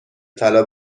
طلا